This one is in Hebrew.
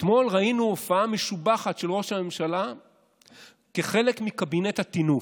אתמול ראינו הופעה משובחת של ראש הממשלה כחלק מקבינט הטינוף,